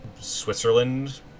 Switzerland